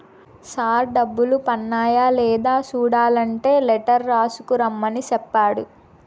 sir డబ్బులు పన్నాయ లేదా సూడలంటే లెటర్ రాసుకు రమ్మని సెప్పాడు